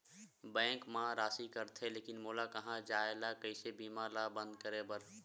Bank मा राशि कटथे लेकिन मोला कहां जाय ला कइसे बीमा ला बंद करे बार?